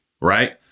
right